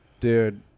Dude